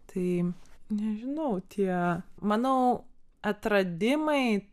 tai nežinau tie manau atradimai